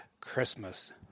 Christmas